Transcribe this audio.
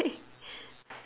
K bye